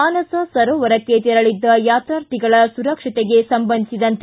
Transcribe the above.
ಮಾನಸ ಸರೋವರಕ್ಷೆ ತೆರಳಿದ್ದ ಯಾತ್ರಾರ್ಥಿಗಳ ಸುರಕ್ಷೆಗೆ ಸಂಬಂಧಿಸಿದಂತೆ